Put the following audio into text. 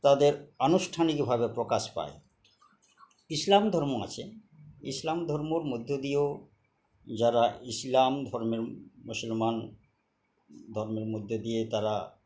তাদের আনুষ্ঠানিকভাবে প্রকাশ পায় ইসলাম ধর্ম আছে ইসলাম ধর্মর মধ্য দিয়েও যারা ইসলাম ধর্মের মুসলমান ধর্মের মধ্য দিয়ে তারা